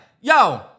Yo